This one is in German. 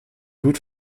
gut